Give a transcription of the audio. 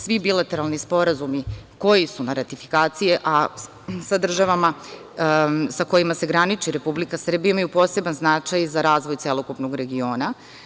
Svi bilateralni sporazumi koji su na ratifikaciji, a sa državama sa kojima se graniči Republika Srbija imaju poseban značaj za razvoj celokupnog regiona.